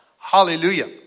Hallelujah